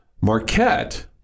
Marquette